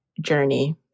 journey